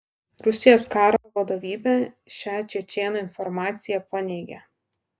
rusijos karo vadovybė šią čečėnų informaciją paneigė